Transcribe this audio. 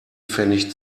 pfennig